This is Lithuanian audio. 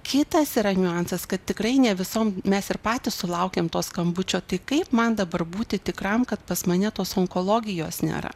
kitas yra niuansas kad tikrai ne visom mes ir patys sulaukiam to skambučio tai kaip man dabar būti tikram kad pas mane tos onkologijos nėra